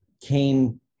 came